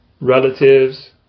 relatives